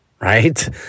Right